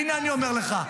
הינה אני אומר לך,